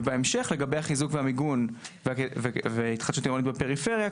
בהמשך לגבי החיזוק והמיגון והתחדשות עירונית בפריפריה,